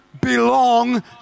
belong